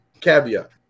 caveat